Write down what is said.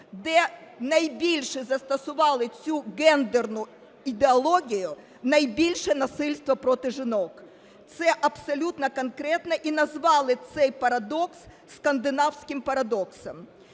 де найбільше застосували цю гендерну ідеологію, найбільше насильства проти жінок. Це абсолютно конкретно, і назвали цей парадокс "скандинавським парадоксом".